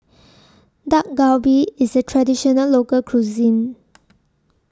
Dak Galbi IS A Traditional Local Cuisine